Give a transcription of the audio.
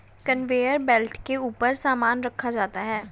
conveyor belt के ऊपर सामान रखा जाता है